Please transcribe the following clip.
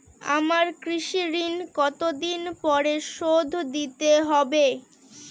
আমার কৃষিঋণ কতদিন পরে শোধ দিতে হবে?